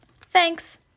Thanks